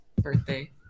birthday